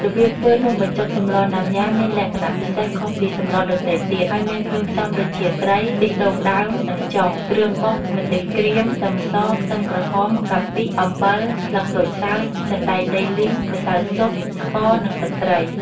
របៀបធ្វើនំបញ្ចុកសម្លណាំយ៉ាមានលក្ខណៈពិសេសខុសពីសម្លដទៃទៀត ហើយមានគ្រឿងផ្សំដូចជា ត្រី ខ្ទិះដូងដើមនិងចុង គ្រឿងបុក ម្ទេសក្រៀម ខ្ទឹមស ខ្ទឹមក្រហម កាពិ អំបិល ស្លឹកក្រូចសើច សណ្តែកដីលីង ម្សៅស៊ុប ស្ករ និងទឹកត្រី។